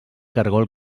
caragol